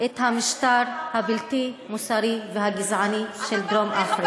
את המשטר הבלתי-מוסרי והגזעני של דרום-אפריקה.